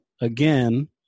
again